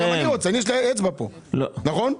אני יש לי אצבע פה, נכון?